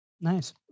Nice